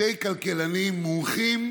כל תינוק שנולד,